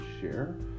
share